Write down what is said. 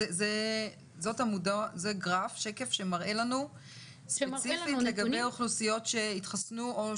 זה שקף שמראה לנו ספציפית לגבי אוכלוסיות שהתחסנו?